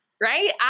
right